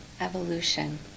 evolution